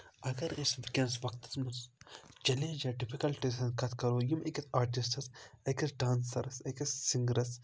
اگر أسۍ وٕنکیٚنَس وقتَس منٛز چَلینج یا ڈِفِکَلٹیٖز ہٕنٛز کَتھ کَرو یِم أکِس آرٹِسٹَس أکِس ڈانسَرَس أکِس سِنٛگَرَس